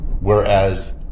Whereas